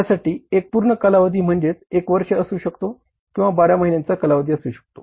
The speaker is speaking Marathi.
त्यासाठी एक पूर्ण कालावधी म्हणजेच एक वर्ष असू शकतो किंवा 12 महिन्यांचा कालावधी असू शकतो